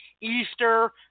Easter